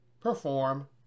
perform